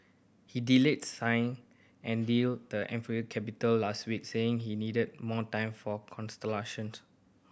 he delayed signing and deal the Ethiopian capital last week saying he needed more time for consultations